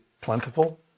plentiful